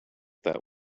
that